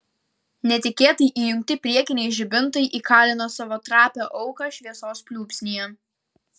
netikėtai įjungti priekiniai žibintai įkalino savo trapią auką šviesos pliūpsnyje